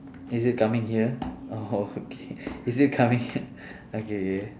is it coming here oh okay is it coming here okay K